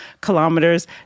kilometers